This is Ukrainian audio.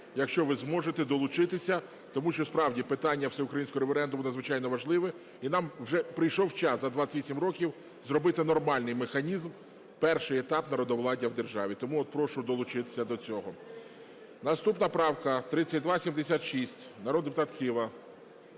якщо ви зможете долучитися. Тому що справді питання всеукраїнського референдуму надзвичайно важливе. І нам вже прийшов час за 28 років зробити нормальний механізм, перший етап народовладдя в державі. Тому прошу долучитися до цього. Наступна правка 3276, народний депутат Кива.